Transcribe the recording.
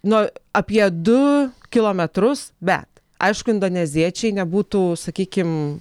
nuo apie du kilometrus bet aišku indoneziečiai nebūtų sakykim